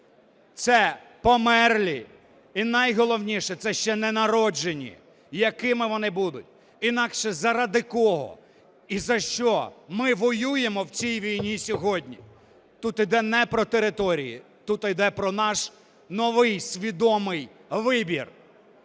це померлі і, найголовніше, це ще ненароджені, якими вони будуть. Інакше заради кого і за що ми воюємо в цій війні сьогодні? Тут йде не про території. Тут йде про наш новий, свідомий вибір.